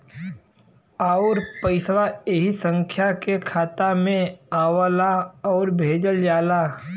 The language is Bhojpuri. आउर पइसवा ऐही संख्या के खाता मे आवला आउर भेजल जाला